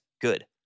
Good